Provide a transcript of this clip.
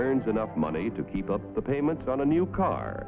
earns enough money to keep up the payments on a new car